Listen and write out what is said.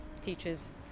teachers